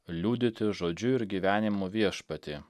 liudyti žodžiu ir gyvenimu viešpatį